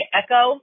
echo